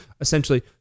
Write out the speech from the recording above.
essentially